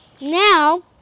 now